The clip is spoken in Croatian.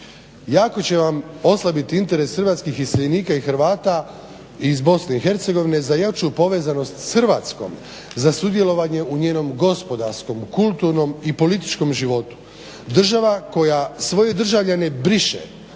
jako će vam oslabit interes hrvatskih iseljenika i Hrvata iz BiH za jaču povezanost s Hrvatskom za sudjelovanje u njenom gospodarskom, kulturnom i političkom životu. Država koja svoje državljane briše,